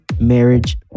marriage